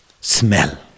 smell